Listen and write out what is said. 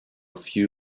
few